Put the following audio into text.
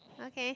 okay